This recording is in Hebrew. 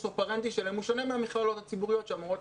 אופרנדי שלהם שונה מהמכללות הציבוריות שאמורים